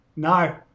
No